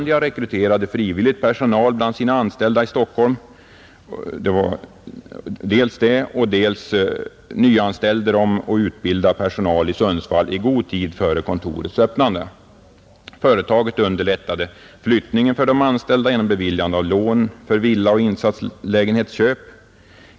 Dels rekryterade Skandia frivillig personal bland sina anställda i Stockholm, dels nyanställdes och utbildades personal i Sundsvall i god tid före det nya kontorets öppnande. Företaget underlättade flyttningen för de anställda genom beviljande av lån för villaoch insatslägenhetsköp.